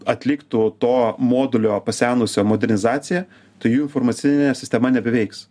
atliktų to modulio pasenusio modernizaciją tai jų informacinė sistema nebeveiks